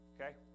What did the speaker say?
okay